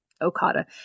okada